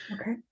Okay